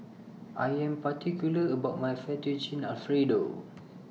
I Am particular about My Fettuccine Alfredo